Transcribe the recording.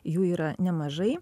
jų yra nemažai